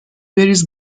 بریز